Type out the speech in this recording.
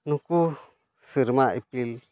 ᱱᱩᱠᱩ ᱥᱮᱨᱢᱟ ᱤᱯᱤᱞ